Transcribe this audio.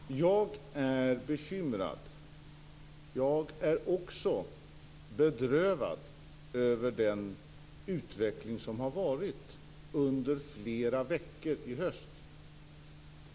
Fru talman! Jag är bekymrad. Jag är också bedrövad över den utveckling som har varit under flera veckor i höst.